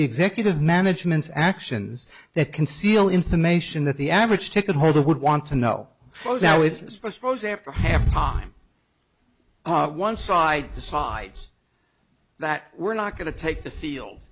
the executive management's actions that conceal information that the average ticket holder would want to know how it is suppose after halftime one side decides that we're not going to take the field